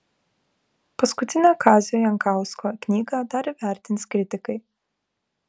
paskutinę kazio jankausko knygą dar įvertins kritikai